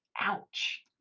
Ouch